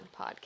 podcast